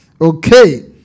Okay